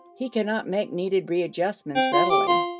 he cannot make needed readjustments readily.